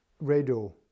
radio